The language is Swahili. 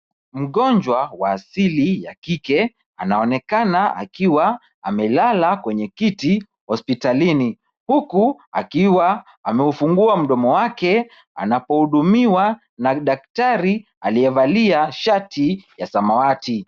Mgonjwa wa asili ya kike anaonekana akiwa amelala kwenye kiti hospitalini ,huku akiwa ameufungua mdomo wake anapohudumiwa na daktari aliyevalia shati ya samawati .